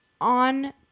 on